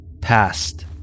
past